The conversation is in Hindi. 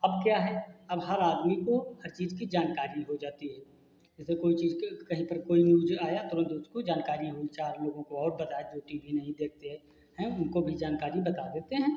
अब क्या है अब हर आदमी को हर चीज़ की जानकारी हो जाती है जैसे कोई चीज़ का कहीं पर कोई न्यूज आया तुरंत उसको जानकारी हो चार लोगों को और बताया जो टी बी नहीं देखते हैं उनको भी जानकारी बता देते हैं